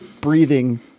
breathing